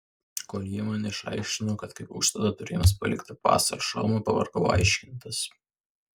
kol jie man išaiškino kad kaip užstatą turiu jiems palikti pasą ar šalmą pavargau aiškintis